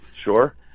Sure